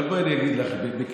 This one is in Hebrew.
אבל בואי, אני אגיד לך בכנות.